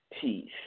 peace